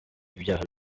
ibyaha